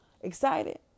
excited